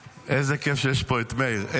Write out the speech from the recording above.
איזה כיף שיש פה את מאיר.